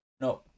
No